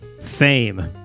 Fame